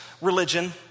religion